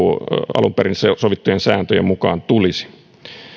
alun perin sovittujen sääntöjen mukaan tulisi